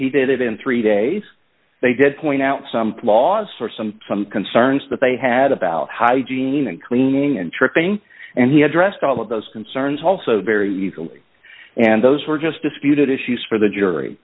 he did it in three days they did point out some flaws or some some concerns that they had about hygiene and cleaning and tripping and he addressed all of those concerns also very easily and those were just disputed issues for the jury